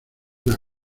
una